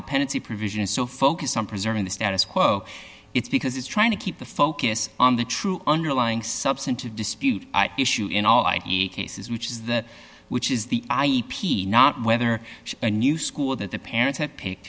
the pendency provision is so focused on preserving the status quo it's because it's trying to keep the focus on the true underlying substantive dispute issue in all cases which is that which is the i e p not whether a new school that the parents have picked